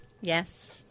Yes